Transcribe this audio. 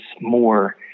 more